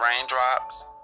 raindrops